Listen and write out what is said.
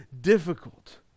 difficult